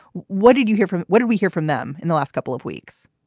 what did you hear from. what did we hear from them in the last couple of weeks?